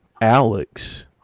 Alex